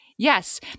Yes